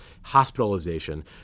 hospitalization